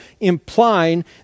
implying